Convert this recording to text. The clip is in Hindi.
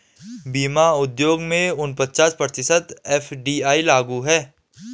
बीमा उद्योग में उनचास प्रतिशत एफ.डी.आई लागू है